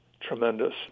tremendous